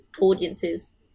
audiences